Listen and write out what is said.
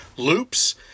loops